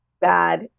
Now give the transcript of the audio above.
bad